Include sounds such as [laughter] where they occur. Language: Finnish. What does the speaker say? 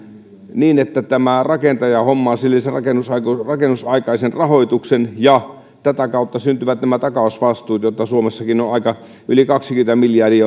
niin että tämä rakentaja hommaa sen rakennusaikaisen rakennusaikaisen rahoituksen ja tätä kautta syntyvät nämä takausvastuut joita suomessakin yli kaksikymmentä miljardia [unintelligible]